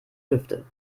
lüfte